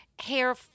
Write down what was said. hair